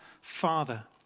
Father